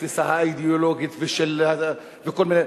התפיסה האידיאולוגית וכל מיני,